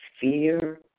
fear